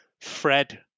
Fred